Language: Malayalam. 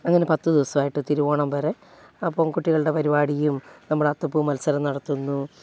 അങ്ങനെ പത്ത് ദിവസമായിട്ട് തിരുവോണം വരെ അപ്പം കുട്ടികളുടെ പരിപാടിയും നമ്മുടെ അത്തപ്പൂ മത്സരം നടത്തുന്നു